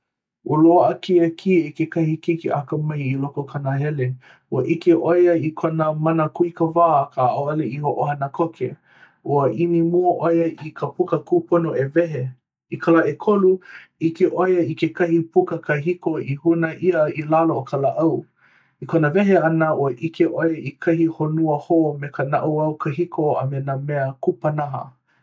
Ua loaʻa kēia kī e kekahi keiki akamai i loko o ka nahele. Ua ʻike ʻo ia i kona mana kūikawā, akā ʻaʻole i hoʻohana koke. Ua ʻimi mua ʻo ia i ka puka kūpono e wehe. I ka lā ʻekolu, ʻike ʻo ia i kekahi puka kahiko i huna ʻia i lalo o ka lāʻau. I kona wehe ʻana, ua ʻike ʻo ia i kahi honua hou me ka naʻauao kahiko a me nā mea kupanaha.